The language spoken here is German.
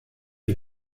die